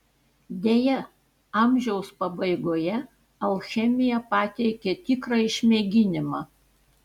deja amžiaus pabaigoje alchemija pateikė tikrą išmėginimą